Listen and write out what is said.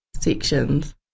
sections